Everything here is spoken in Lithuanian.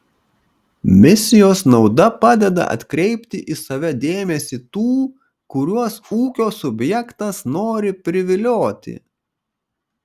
misijos nauda padeda atkreipti į save dėmesį tų kuriuos ūkio subjektas nori privilioti